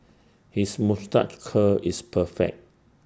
his moustache curl is perfect